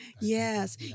Yes